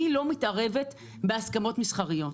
אני לא מתערבת בהסכמות מסחריות.